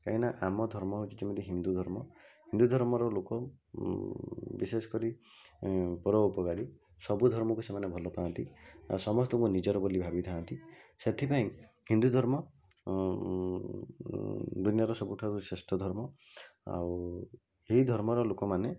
କାହିଁକିନା ଆମ ଧର୍ମ ଯେମିତି ହିନ୍ଦୁ ଧର୍ମ ହିନ୍ଦୁ ଧର୍ମର ଲୋକ ବିଶେଷକରି ପରୋପକାରୀ ସବୁ ଧର୍ମକୁ ସେମାନେ ଭଲପାଆନ୍ତି ସମସ୍ତଙ୍କୁ ନିଜର ବୋଲି ଭାବିଥାନ୍ତି ସେଥିପାଇଁ ହିନ୍ଦୁ ଧର୍ମ ଦୁନିଆର ସବୁଠାରୁ ଶ୍ରେଷ୍ଠ ଧର୍ମ ଆଉ ଏହି ଧର୍ମର ଲୋକମାନେ